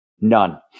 None